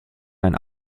ein